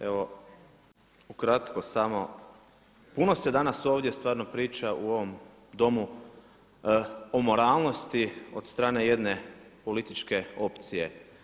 Evo ukratko samo puno se danas ovdje stvarno priča u ovom domu o moralnosti od strane jedne političke opcije.